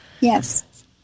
Yes